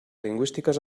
lingüístiques